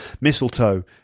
Mistletoe